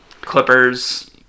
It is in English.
Clippers